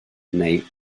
neu